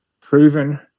proven